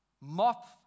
Moth